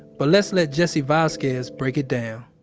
but, let's let jesse vasquez break it down